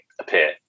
appear